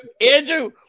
Andrew